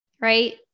Right